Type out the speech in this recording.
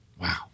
Wow